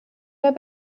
der